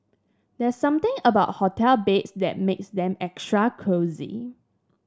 there's something about hotel beds that makes them extra cosy